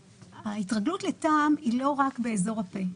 ההתרגלות לטעם היא לא רק באזור הפה,